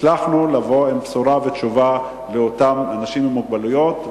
הצלחנו לבוא עם בשורה ותשובה לאותם אנשים עם מוגבלויות,